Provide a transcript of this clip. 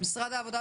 בחוק שנחקק,